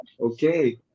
okay